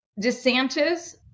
DeSantis